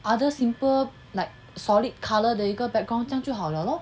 other simple like solid color 的一个 background 这样就好了 lor